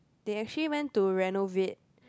they actually went to renovate